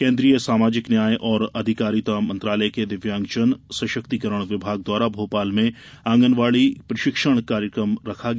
केन्द्रीय सामाजिक न्याय और अधिकारिता मंत्रालय के दिव्यांगजन सशक्तिकरण विभाग द्वारा भोपाल में आंगनवाड़ी प्रशिक्षण कार्यक्रम रखा गया